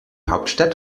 hauptstadt